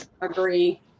Agree